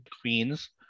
queens